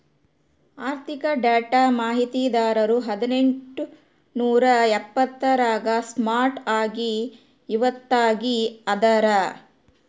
ಆರ್ಥಿಕ ಡೇಟಾ ಮಾಹಿತಿದಾರರು ಹದಿನೆಂಟು ನೂರಾ ಎಪ್ಪತ್ತರಾಗ ಸ್ಟಾರ್ಟ್ ಆಗಿ ಇವತ್ತಗೀ ಅದಾರ